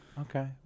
Okay